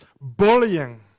Bullying